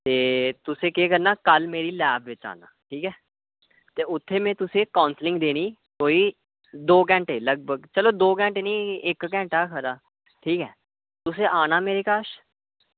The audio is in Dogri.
ते तुसें केह् करना कल्ल मेरी लैब च आना ठीक ऐ ते उत्थै में तुसेंगी काऊंसलिंग देनी कोई दौ घैंटे लगभग चलो दौ घैंटे निं इक्क घैंटा गै खरा तुसें आना मेरे कश